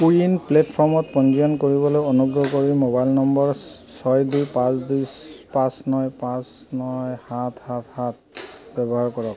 কো win প্লে'টফৰ্মত পঞ্জীয়ন কৰিবলৈ অনুগ্ৰহ কৰি মোবাইল নম্বৰ ছয় দুই পাঁচ দুই পাঁচ ন পাঁচ ন সাত সাত সাত ব্যৱহাৰ কৰক